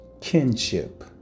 kinship